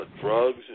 Drugs